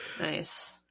Nice